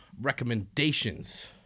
recommendations